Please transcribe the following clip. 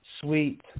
Sweet